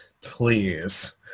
please